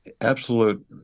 absolute